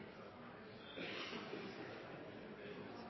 Henriksen,